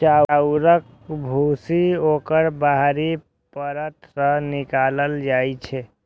चाउरक भूसी ओकर बाहरी परत सं निकालल जाइ छै